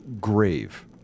grave